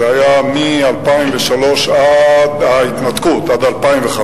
זה היה מ-2003 עד ההתנתקות, עד 2005,